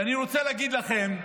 ואני רוצה להגיד לכם,